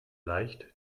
leicht